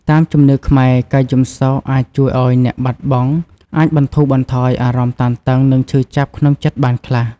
តាមជំនឿខ្មែរ ការយំសោកអាចជួយឱ្យអ្នកបាត់បង់អាចបន្ធូរបន្ថយអារម្មណ៍តានតឹង និងឈឺចាប់ក្នុងចិត្តបានខ្លះ។